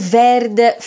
verde